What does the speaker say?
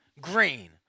green